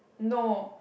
no